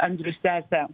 andrius tęsia